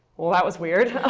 well, that was weird.